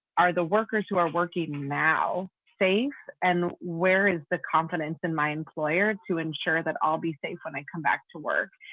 are the workers who are working now safe? and where is the confidence in my employer to ensure that i'll be safe when i come back to work?